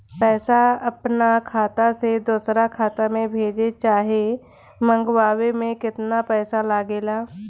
पैसा अपना खाता से दोसरा खाता मे भेजे चाहे मंगवावे में केतना पैसा लागेला?